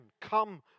come